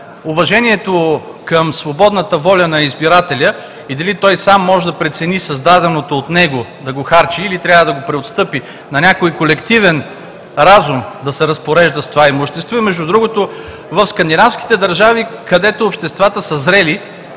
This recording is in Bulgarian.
уважението към свободната воля на избирателя и дали той сам може да прецени създаденото от него да го харчи, или трябва да го преотстъпи на някой колективен разум да се разпорежда с това имущество. И, между другото, в Скандинавските държави, където обществата са зрели,